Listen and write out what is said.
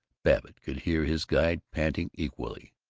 babbitt could hear his guide panting equally.